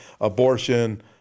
Abortion